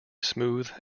smooth